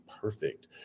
perfect